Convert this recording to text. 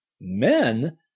men